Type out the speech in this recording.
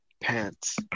Pants